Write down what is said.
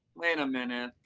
wait a minute.